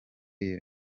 iyo